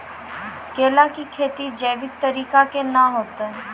केला की खेती जैविक तरीका के ना होते?